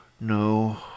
no